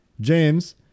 James